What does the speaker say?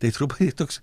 tai truputį toks